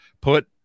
put